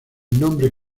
nombre